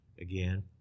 again